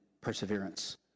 perseverance